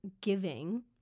giving